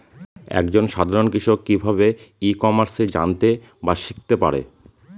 এক জন সাধারন কৃষক কি ভাবে ই কমার্সে জানতে বা শিক্ষতে পারে?